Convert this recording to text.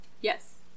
yes